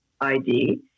ID